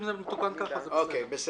אם זה מתוקן כך זה בסדר.